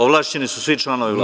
Ovlašćeni su svi članovi Vlade.